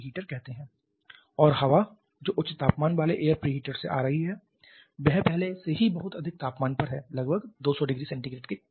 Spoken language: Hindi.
और हवा जो उच्च तापमान वाले एयर प्री हीटर से आ रही है वह पहले से ही बहुत अधिक तापमान पर है लगभग 200℃ के क्रम में